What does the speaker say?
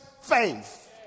faith